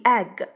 egg